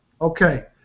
Okay